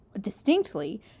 distinctly